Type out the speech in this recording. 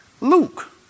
Luke